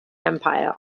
empire